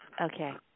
Okay